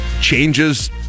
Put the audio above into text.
changes